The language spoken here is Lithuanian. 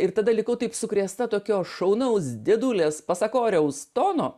ir tada likau taip sukrėsta tokio šaunaus dėdulės pasakoriaus tono